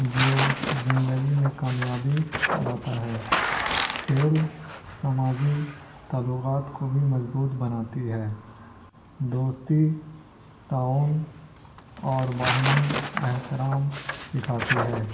جو زندگی میں کامیابی لاتا ہے کھیل سماازی تلقات کو بھی مضبوط بناتی ہے دوستی تعاون اور باہمی احترام سکھاتی ہے